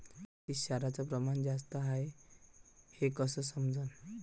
मातीत क्षाराचं प्रमान जास्त हाये हे कस समजन?